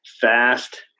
fast